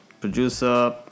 producer